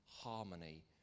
harmony